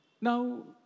Now